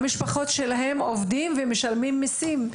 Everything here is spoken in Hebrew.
המשפחות שלהם עובדות ומשלמות מיסים.